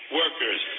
workers